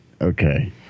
Okay